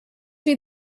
feed